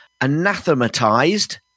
anathematized